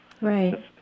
right